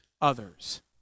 others